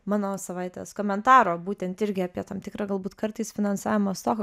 mano savaitės komentaro būtent irgi apie tam tikrą galbūt kartais finansavimo stoką